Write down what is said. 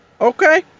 Okay